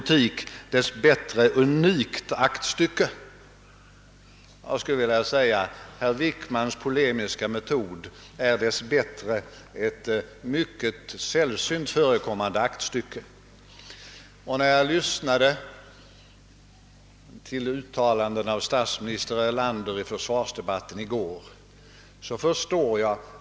Idéerna slog igenom under låt mig säga samma tolvmånadersperiod i alla partierna här i landet. All mytbildning till trots vill jag konstatera detta.